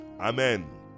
Amen